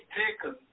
taken